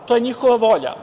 To je njihova volja.